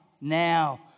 now